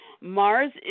Mars